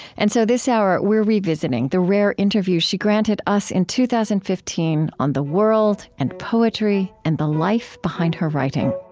and so this hour, we're revisiting the rare interview she granted us in two thousand and fifteen on the world and poetry and the life behind her writing